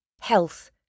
health